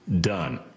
done